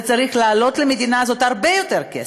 זה צריך לעלות למדינה הזאת הרבה יותר כסף.